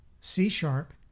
C-Sharp